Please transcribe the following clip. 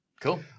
cool